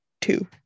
two